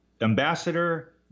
Ambassador